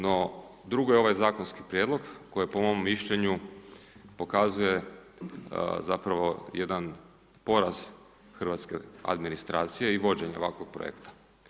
No, drugo je ovaj zakonski prijedlog, koji po mom mišljenju pokazuje zapravo jedan poraz hrvatske administracije i vođenje ovakvog projekta.